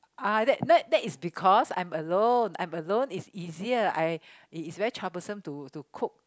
uh that that that is because I'm alone I'm alone it's easier I is is very troublesome to cook